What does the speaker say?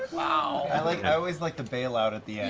ah i like i always like the bail out at the